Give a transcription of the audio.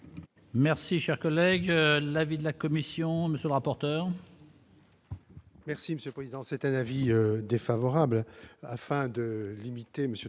Merci, cher collègue, l'avis de la Commission, monsieur le rapporteur.